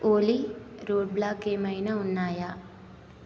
ఓలి రోడ్బ్లాక్ ఏమైనా ఉన్నాయా